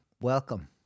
Welcome